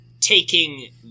taking